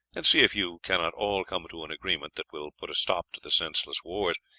and see if you cannot all come to an agreement that will put a stop to the senseless wars,